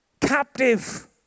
captive